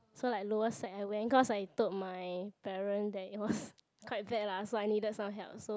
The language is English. so I lower sec I went because I told my parent that it was quite bad lah so I needed some help so